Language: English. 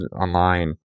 online